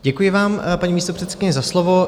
Děkuji vám, paní místopředsedkyně, za slovo.